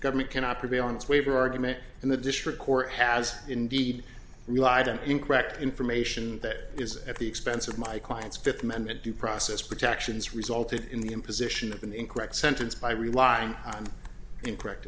government cannot prevail in this waiver argument and the district court has indeed relied on incorrect information that is at the expense of my client's fifth amendment due process protections resulted in the imposition of an incorrect sentence by relying on incorrect